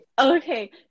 Okay